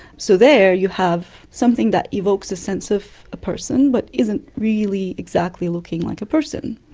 so there you have something that evokes a sense of a person but isn't really exactly looking like a person.